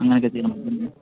അങ്ങനെയൊക്കെ ചെയ്യണം ഉം ഉം